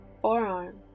Forearm